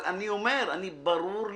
אבל ברור לי,